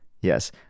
Yes